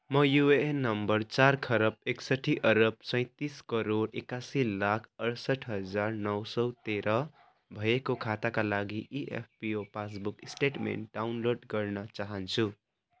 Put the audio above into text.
म UAN number चार खरब एकसठी अरब सैतिस करोड एकासी लाख अढ्सठ हजार नौ सय तेह्र भएको खाताका लागि इएफपिओ पासबुक स्टेटमेन्ट डाउनलोड गर्न चाहन्छु